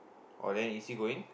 oh then is he going